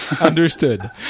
understood